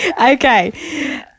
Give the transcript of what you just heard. Okay